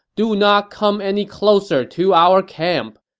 do not come any closer to our camp!